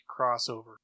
crossover